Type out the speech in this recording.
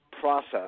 process